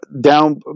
down